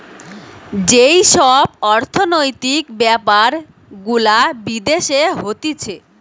যেই সব অর্থনৈতিক বেপার গুলা বিদেশে হতিছে